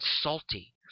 salty